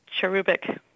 cherubic